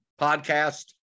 podcast